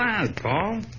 Paul